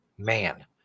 Man